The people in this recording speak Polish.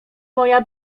moja